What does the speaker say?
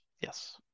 Yes